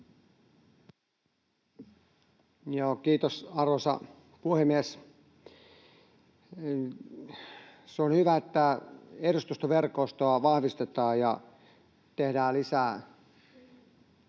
Kiitos, arvoisa puhemies! Se on hyvä, että edustustoverkostoa vahvistetaan ja tehdään lisää